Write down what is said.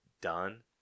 done